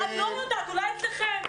אני לא יודעת, אולי אצלכם.